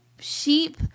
sheep